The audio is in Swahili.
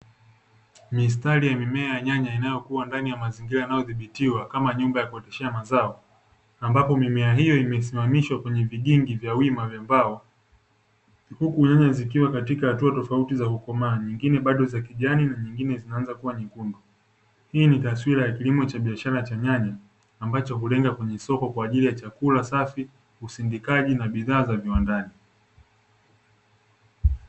Mistari ya mimea ya nyanya inayokua ndani ya mazingira yanayodhibitiwa kama nyumba ya kuoteshea mazao ambapo mimea hiyo imesimamishwa kwenye vigingi vya wima vya mbao huku nyanya zikiwa katika hatua tofauti za kukomaa, nyingine za bado kijani na nyingine zikianza kuwa nyekundu. Hii ni taswira ya kilimo cha biashara cha nyanya ambacho hulenga kwenye soko kwa ajili ya chakula safi, usindikaji na bidhaa za viwandani.